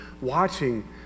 watching